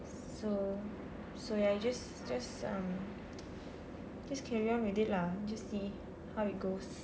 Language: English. so so ya you just just um just carry on with it lah just see how it goes